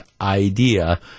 idea